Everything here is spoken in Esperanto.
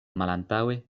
malantaŭe